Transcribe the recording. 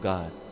God